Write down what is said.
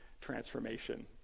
transformation